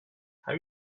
have